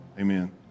Amen